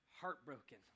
heartbroken